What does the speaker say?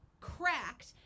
cracked